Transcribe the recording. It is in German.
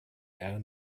air